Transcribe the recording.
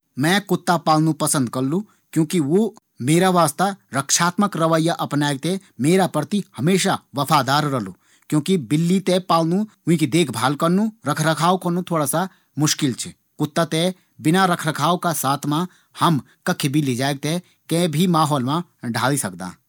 मैं कुत्ता पालनू पसंद करलू क्योंकि वो मेरा वास्ता सुरक्षात्मक रवैया अपनेक थें मेरा प्रति हमेशा वफादार रलू। क्योंकि बिल्ली थें पालनू, वींकी देखभाल करनू, रखरखाव करनू थोड़ा सा मुश्किल च। कुत्ता थें बिना रख रखाव का साथ हम कखी भी ली जैक थें कै भी माहौल मा ढाल सकदां।